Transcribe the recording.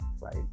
right